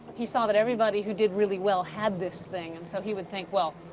he saw that everybody who did really well had this thing, and so he would think, well,